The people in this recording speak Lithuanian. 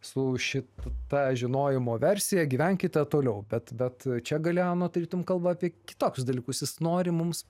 su šita žinojimo versija gyvenkite toliau bet bet čia galeano tarytum kalba apie kitokius dalykus jis nori mums